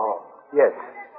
yes